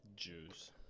Jews